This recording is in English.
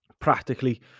practically